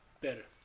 better